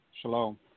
Shalom